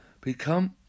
Become